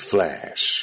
Flash